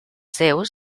seus